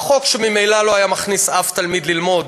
החוק שממילא לא היה מכניס אף תלמיד ללמוד,